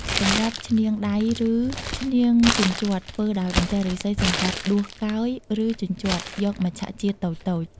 សម្រាប់ឈ្នាងដៃឬ ឈ្នាងជញ្ជាត់ ធ្វើដោយបន្ទោះឫស្សីសម្រាប់ដួសកោយ ឬជញ្ជាត់ យកមច្ឆជាតិតូចៗ។